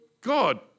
God